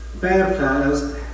baptized